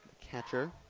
catcher